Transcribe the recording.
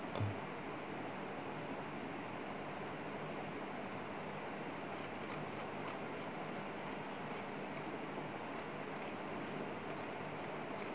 um